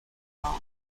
march